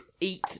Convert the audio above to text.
eat